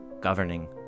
governing